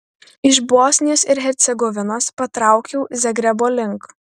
iš bosnijos ir hercegovinos patraukiau zagrebo link